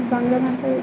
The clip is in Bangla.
বাংলা ভাষায় তা